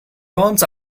runs